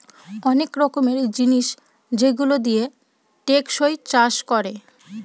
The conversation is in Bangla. অনেক রকমের জিনিস যেগুলো দিয়ে টেকসই চাষ করে